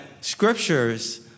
scriptures